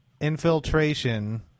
infiltration